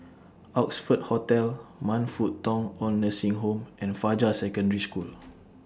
Oxford Hotel Man Fut Tong Oid Nursing Home and Fajar Secondary School